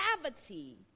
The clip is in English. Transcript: gravity